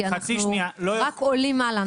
כי אנחנו רק עולים מעלה.